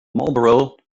marlborough